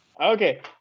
Okay